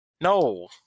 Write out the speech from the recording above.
No